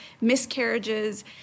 miscarriages